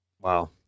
Wow